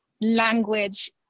language